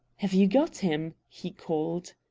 have you got him? he called.